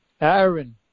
Aaron